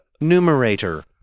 Numerator